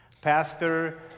Pastor